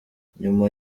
nyuma